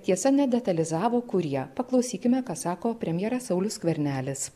tiesa nedetalizavo kurie paklausykime ką sako premjeras saulius skvernelis